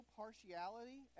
partiality